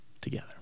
together